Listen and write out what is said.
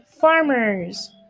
farmers